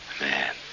Man